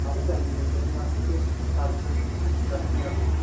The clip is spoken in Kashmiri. اَدٕ بَنہِ ییٚتہِ وردی چھےٚ ییٚتہِ ہر کانٛہہ دٔستِیاب جِناب